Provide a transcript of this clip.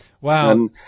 Wow